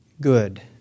good